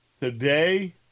Today